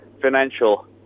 financial